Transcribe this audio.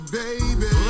baby